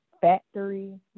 factory